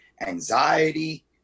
Anxiety